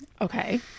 Okay